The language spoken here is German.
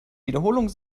wiederholung